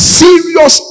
serious